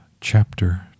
Chapter